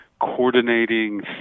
coordinating